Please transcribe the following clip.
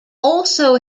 also